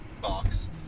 box